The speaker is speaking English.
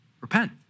repent